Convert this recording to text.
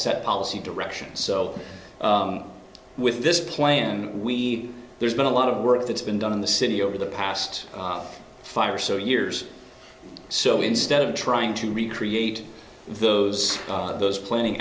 set policy direction so with this plan we there's been a lot of work that's been done in the city over the past five or so years so instead of trying to recreate those those planning